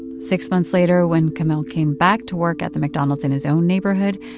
six months later, when kamel came back to work at the mcdonald's in his own neighborhood,